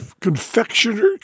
Confectioner